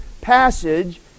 passage